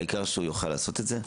העיקר שיוכל לעשות את זה,